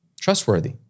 Trustworthy